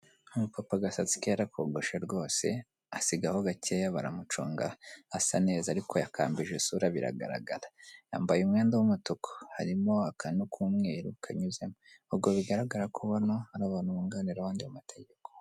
Umupapa agasatsi ke yarakogoshe rwose, asigaho gakeya baramuconga asa neza ariko yakambije isura biragaragara, yambaye umwenda w'umutuku harimo akantu k'umweru kanyuzemo, ubwo bigaragara ko bano ari abantu bunganira abandi mategeko.